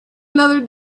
another